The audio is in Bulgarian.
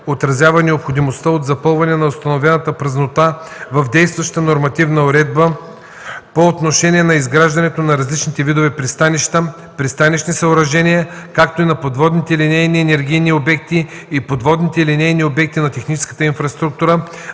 отразява необходимостта от запълване на установената празнота в действащата нормативна уредба по отношение на изграждането на различните видове пристанища, пристанищните съоръжения, както и на подводните линейни енергийни обекти и подводните линейни обекти на техническата инфраструктура